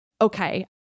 okay